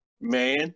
man